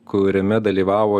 kuriame dalyvavo